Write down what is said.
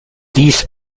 dies